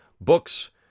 Books